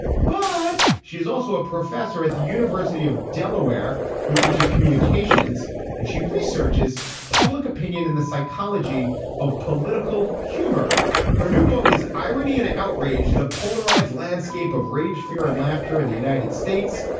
but she's also a professor at the university of delaware who teaches communications and she researches public opinion in the psychology of political political humor her new book is irony and outraged the polarized landscape of rage, fear and laughter in the united states.